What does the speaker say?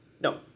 No